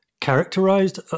Characterized